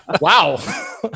Wow